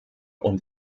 und